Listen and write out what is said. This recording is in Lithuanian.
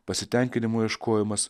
pasitenkinimo ieškojimas